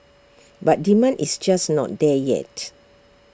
but demand is just not there yet